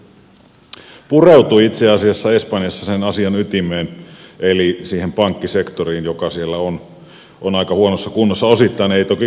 tämä tehty sopimus pureutui itse asiassa espanjassa sen asian ytimeen eli siihen pankkisektoriin joka siellä on aika huonossa kunnossa osittain ei toki kokonaan